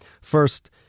First